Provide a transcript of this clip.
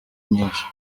nyinshi